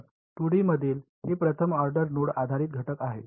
तर 2 डी मधील हे प्रथम ऑर्डर नोड आधारित घटक आहे